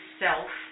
self